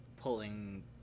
pulling